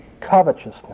covetousness